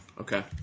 Okay